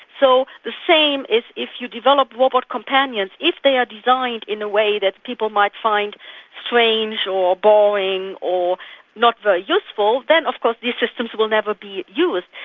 so the same is if you develop robot companions, if they are designed in a way that people might find strange or boring or not very useful, then of course these systems will never be used.